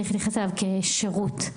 צריך להתייחס אליו כאל שירות,